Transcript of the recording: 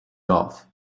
golf